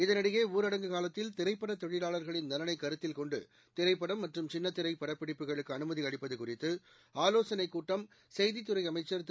இதனிடையே ஊரடங்கு காலத்தில் திரைப்படத் தொழிலாளர்களின் நலனைக்கருத்தில் கொண்டு திரைப்படம் மற்றும் சின்னத்திரைபடப்பிடிப்புகளுக்குஅனுமதிஅளிப்பதுகுறித்துஆலோசனைக் கூட்டம் செய்தித்துறைஅமைச்ச் திரு